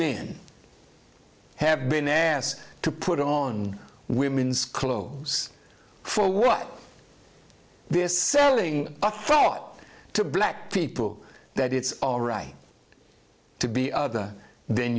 men have been asked to put on women's clothes for what this selling a thought to black people that it's all right to be other than